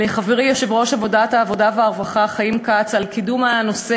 תודה לחברי יושב-ראש ועדת העבודה והרווחה חים כץ על קידום הנושא